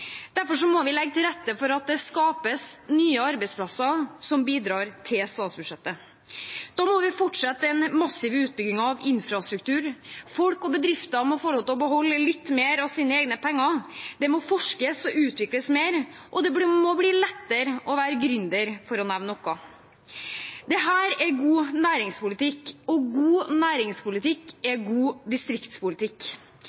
Derfor må vi legge til rette for at det skapes nye arbeidsplasser, som bidrar til statsbudsjettet. Da må vi fortsette den massive utbyggingen av infrastruktur, folk og bedrifter må få lov til å beholde litt mer av sine egne penger, det må forskes og utvikles mer, og det må bli lettere å være gründer – for å nevne noe. Dette er god næringspolitikk, og god næringspolitikk